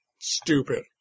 stupid